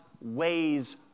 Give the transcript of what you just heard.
ways